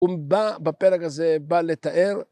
‫הוא בא בפרק הזה, בא לתאר.